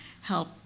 help